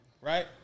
right